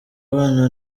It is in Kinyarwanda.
abana